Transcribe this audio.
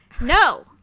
No